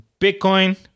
Bitcoin